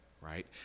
right